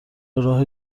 راه